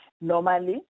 Normally